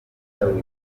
dawidi